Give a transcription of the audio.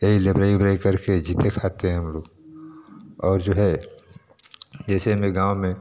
यही लेबरई उबरई करके जीते खाते हैं हम लोग और जो है जैसे मैं गाँव में